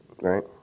Right